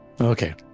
Okay